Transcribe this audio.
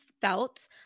felt